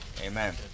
Amen